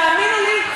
תאמינו לי,